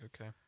okay